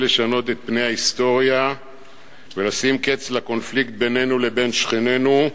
לשנות את פני ההיסטוריה ולשים קץ לקונפליקט בינינו לבין שכנינו.